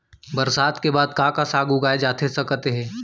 बरसात के बाद का का साग उगाए जाथे सकत हे?